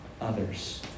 others